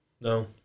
No